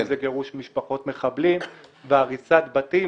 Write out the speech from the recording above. זה גירוש משפחות מחבלים והריסת בתים,